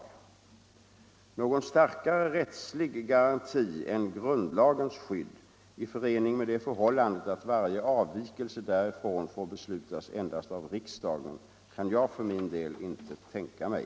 Någon starkare rättslig garanti än grundlagens skydd i förening med det förhållandet att varje avvikelse därifrån får beslutas endast av riksdagen kan jag för min del inte tänka mig.